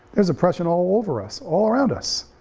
there's oppression all over us, all around us,